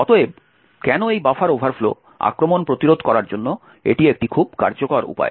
অতএব কেন এই বাফার ওভারফ্লো আক্রমণ প্রতিরোধ করার জন্য এটি একটি খুব কার্যকর উপায়